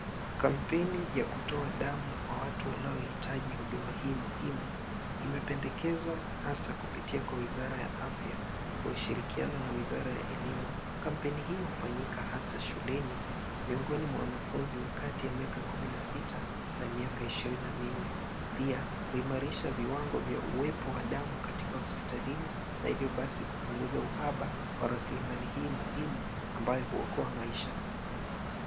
Kampeni ya kutoa damu kwa watu wanaohitaji huduma hii muhimu, imependekezwa hasa kupitia kwa wizara ya Afya kwa ushirikiano na wizara ya Elimu. Kampeni hiyo hufanyika hasa shuleni miongoni mwa wanafunzi wa kati ya miaka kumi na sita na miaka ishirini na minne. Pia huimarisha viwango vya uwepo wa damu katika hospitalini, na hivyo basi kupunguza uhaba wa rasilimali hii muhimu ambayo huokoa maisha.